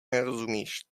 nerozumíš